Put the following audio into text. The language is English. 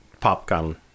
popcorn